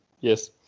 yes